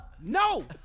No